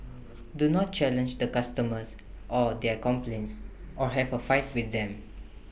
do not challenge the customers or their complaints or have A fight with them